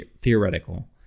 theoretical